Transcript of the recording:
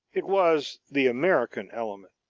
it was the american element,